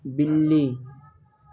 بلی